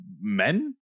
men